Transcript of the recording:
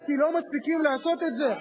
כי לא מספיקים לעשות את זה,